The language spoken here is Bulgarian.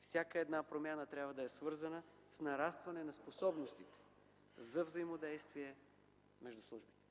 Всяка една промяна трябва да е свързана с нарастване на способностите за взаимодействие между службите.